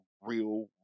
real